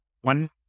one